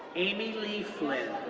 amy lee flynn,